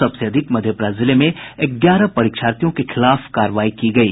सबसे अधिक मधेपुरा जिले में ग्यारह परीक्षार्थियों के खिलाफ कार्रवाई की गयी